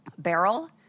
Barrel